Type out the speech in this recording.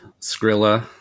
Skrilla